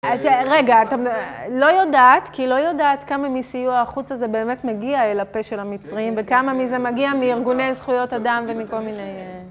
רגע, לא יודעת, כי לא יודעת כמה מסיוע החוץ הזה באמת מגיע אל הפה של המצרים, וכמה מזה מגיע מארגוני זכויות אדם ומכל מיני...